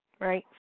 right